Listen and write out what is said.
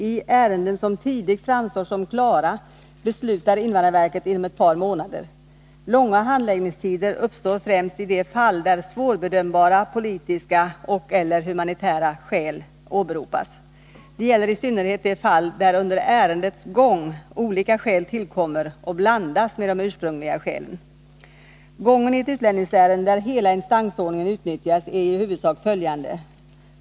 I ärenden som tidigt framstår som klara beslutar invandrarverket inom ett par månader. Långa handläggningstider uppstår främst i de fall där svårbedömbara politiska och/eller humanitära skäl åberopas. Det gäller i synnerhet de fall där under ärendets gång olika skäl tillkommer och ”blandas” med de ursprungliga skälen. Gången i ett utlänningsärende, där hela instansordningen utnyttjas, är i huvudsak följande.